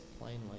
plainly